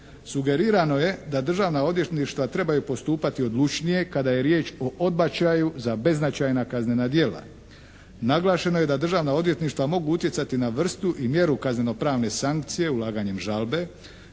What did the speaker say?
Sugerirano je da državna odvjetništva trebaju postupati odlučnije kada je riječ o odbačaju za beznačajna kaznena djela. Naglašeno je da državna odvjetništva mogu utjecati na vrstu i mjeru kazneno-pravne sankcije ulaganje žalbe